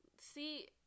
See